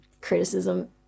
criticism